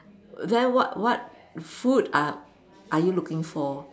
then what what food are are you looking for